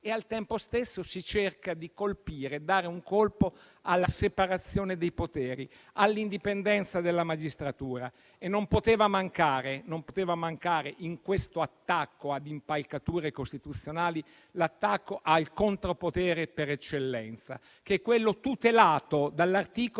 e al tempo stesso si cerca di dare un colpo alla separazione dei poteri, all'indipendenza della magistratura; ebbene, in questo attacco a impalcature costituzionali non poteva mancare l'attacco al contropotere per eccellenza, che è quello tutelato dall'articolo